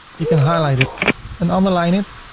you can highlight it and underline it.